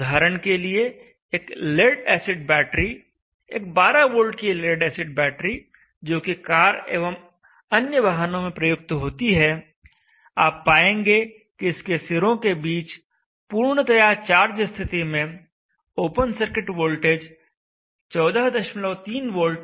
उदाहरण के लिए एक लेड एसिड बैटरी एक 12 वोल्ट की लेड एसिड बैटरी जोकि कार एवं अन्य वाहनों में प्रयुक्त होती है आप पाएंगे कि इसके सिरों के बीच पूर्णतया चार्ज स्थिति में ओपन सर्किट वोल्टेज 143 वोल्ट है न कि 12 वोल्ट